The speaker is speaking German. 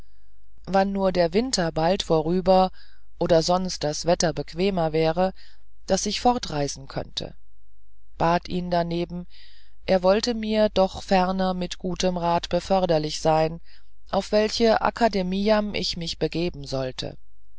wann nur der winter bald vorüber oder sonst das wetter bequem wäre daß ich fortreisen könnte bat ihn darneben er wollte mir doch ferner mit gutem rat beförderlich sein auf welche academiam ich mich begeben sollten